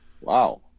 Wow